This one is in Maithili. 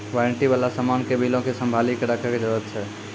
वारंटी बाला समान के बिलो के संभाली के रखै के जरूरत छै